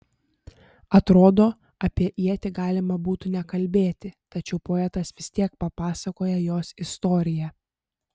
atrodo apie ietį galima būtų nekalbėti tačiau poetas vis tiek papasakoja jos istoriją